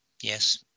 Yes